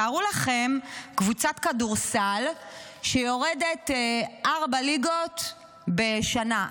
תארו לכם קבוצת כדורסל שיורדת ארבע ליגות בשנה.